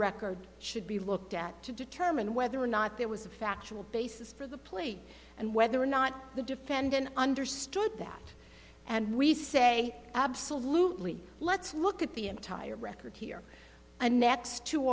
record should be looked at to determine whether or not there was a factual basis for the plate and whether or not the defendant understood that and we say absolutely let's look at the entire record here and